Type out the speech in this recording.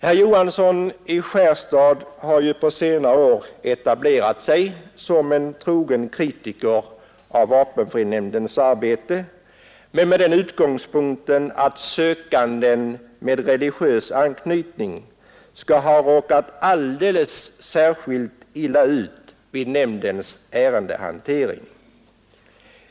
Herr Johansson har ju på senare år etablerat sig som en trogen kritiker av vapenfrinämndens arbete från den utgångspunkten att sökande med religiös anknytning skall ha råkat alldeles särskilt illa ut vid nämndens ärendehantering.